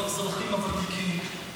לא האזרחים הוותיקים.